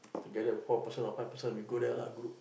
together four person or five person we go there lah